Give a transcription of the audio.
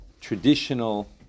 traditional